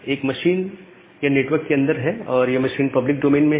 एक मशीन यह नेटवर्क के अंदर है और यह मशीन पब्लिक डोमेन में है